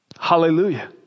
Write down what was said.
Hallelujah